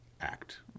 act